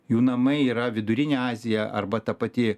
jų namai yra vidurinė azija arba ta pati